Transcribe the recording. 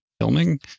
filming